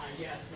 Yes